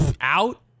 out